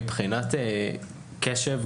מבחינת קשב,